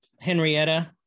Henrietta